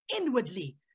inwardly